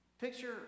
Picture